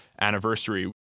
anniversary